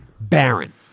Baron